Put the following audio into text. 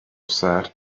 said